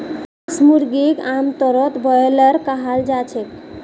मांस मुर्गीक आमतौरत ब्रॉयलर कहाल जाछेक